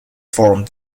form